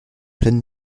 pleine